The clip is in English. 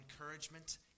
encouragement